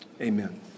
Amen